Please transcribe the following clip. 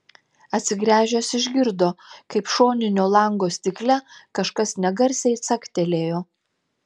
atsigręžęs išgirdo kaip šoninio lango stikle kažkas negarsiai caktelėjo